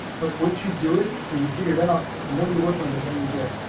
but once you do it and you figured out the more you work on the better you get